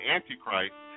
Antichrist